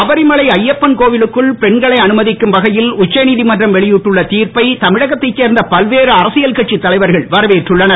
சபரிமலை ஐய்யப்பன் கோவிலுக்குள் பெண்களை அனுமதிக்கும் வகையில் உச்ச நீதிமன்றம் வெளியிட்டுள்ள தீர்ப்பை தமிழகத்தைச் சேர்ந்த பல்வேறு அரசியல் கட்சித் தலைவர்கள் வரவேற்றுள்ளனர்